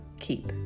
keep